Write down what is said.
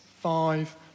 five